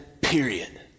period